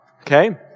okay